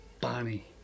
Bonnie